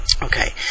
Okay